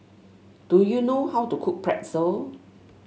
do you know how to cook Pretzel